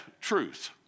truth